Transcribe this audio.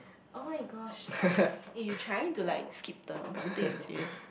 [oh]-my-gosh stop eh you trying to like skip turn or something is it